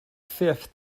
fifth